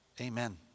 Amen